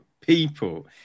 people